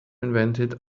invented